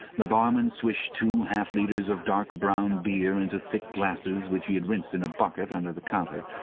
the barman swished two half-litres of dark-brown beer into thick glasses which he had rinsed in a bucket under the counter.